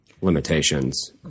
limitations